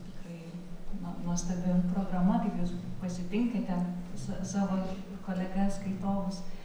tikrai no nuostabi programa kaip jūs pasitinkante sa savo kolegas skaitovus